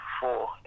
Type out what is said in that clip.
four